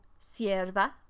sierva